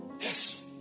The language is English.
yes